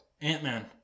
Ant-Man